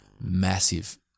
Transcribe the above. massive